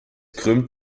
krümmt